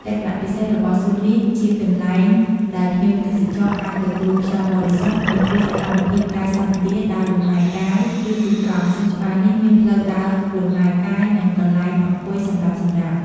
លក្ខណៈពិសេសរបស់់សួននេះជាកន្លែងដែលភ្ញៀវទេសចរអាចទទួលខ្យល់បរិសុទ្ធ និងធ្វើសកម្មភាពកាយសម្បទា ដើរលំហែកាយ ឬជិះកង់ សួនច្បារនេះមានផ្លូវដើរលំហែកាយ និង កន្លែងអង្គុយសម្រាប់សម្រាក។